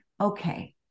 okay